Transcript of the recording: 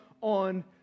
on